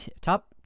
top